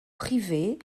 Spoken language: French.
privée